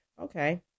Okay